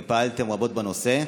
ופעלתם רבות בנושא.